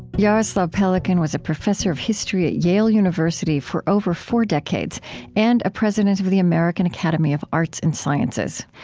jaroslav pelikan was a professor of history at yale university for over four decades and a president of the american academy of arts and sciences.